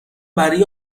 برای